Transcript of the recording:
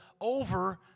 over